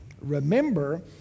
Remember